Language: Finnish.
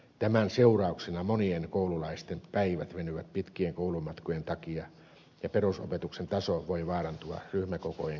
tämän seurauksena monien koululaisten päivät venyvät pitkien koulumatkojen takia ja perusopetuksen taso voi vaarantua ryhmäkokojen kasvaessa